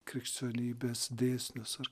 krikščionybės dėsnius ar